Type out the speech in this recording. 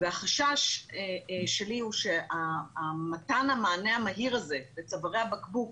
והחשש שלי הוא שמתן המענה המהיר הזה לצווארי הבקבוק